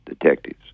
detectives